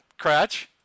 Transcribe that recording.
Cratch